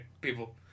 people